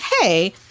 hey